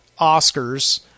Oscars